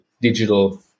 digital